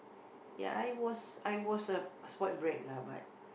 ya I was I was a spoiled brat lah but